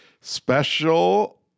special